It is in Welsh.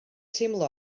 teimlo